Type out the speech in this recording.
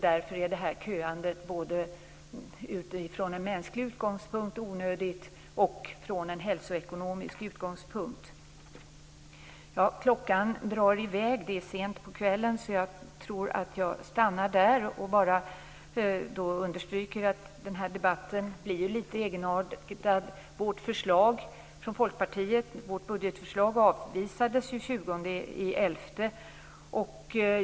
Därför är det här köandet onödigt både från mänsklig synpunkt och från hälsoekonomisk synpunkt. Klockan drar i väg, och det är sent på kvällen, så jag tror att jag nöjer mig med detta. Jag vill bara understryka att den här debatten blir litet egenartad. 20 november.